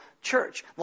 church